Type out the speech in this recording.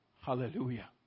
Hallelujah